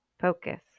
Focus